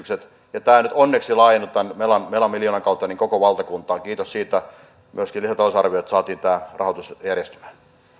olleet vahvasti promoottoreina tämä nyt onneksi laajennetaan mela miljoonan kautta koko valtakuntaan kiitos siitä myöskin että lisätalousarvioon saatiin tämä rahoitus järjestymään